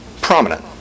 prominent